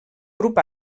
grup